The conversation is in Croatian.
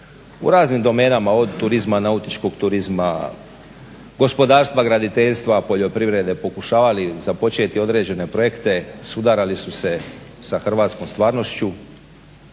u raznim domenama od turizma, nautičkog turizma, gospodarstva, graditeljstva, poljoprivrede pokušavali započeti određene projekte sudarali su se sa hrvatskom stvarnošću